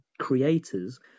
creators